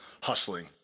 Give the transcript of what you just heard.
hustling